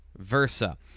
Versa